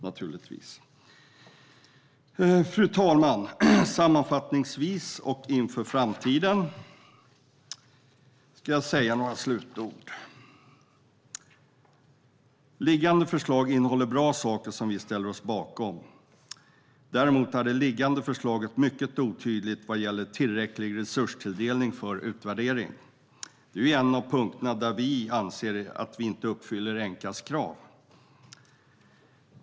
Fru talman! Sammanfattningsvis och inför framtiden ska jag säga några slutord. Liggande förslag innehåller bra saker som vi ställer oss bakom. Däremot är det liggande förslaget mycket otydligt vad gäller tillräcklig resurstilldelning för utvärdering. Det är en av punkterna där vi i dagsläget inte uppfyller ENQA:s krav.